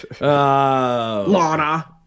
Lana